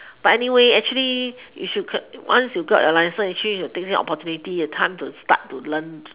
but anyway actually you should once you got your licence actually you should take the opportunity time to start to learn